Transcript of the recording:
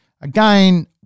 Again